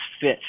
fit